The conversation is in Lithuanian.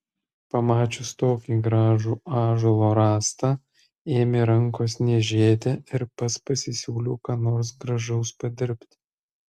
pamačius tokį gražų ąžuolo rąstą ėmė rankos niežėti ir pats pasisiūliau ką nors gražaus padirbti